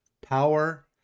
power